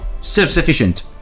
self-sufficient